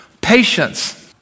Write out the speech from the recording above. Patience